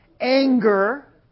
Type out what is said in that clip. anger